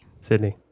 Sydney